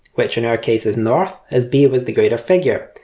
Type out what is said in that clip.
which in our case is north as b was the greater figure,